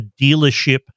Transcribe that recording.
dealership